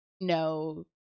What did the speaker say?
No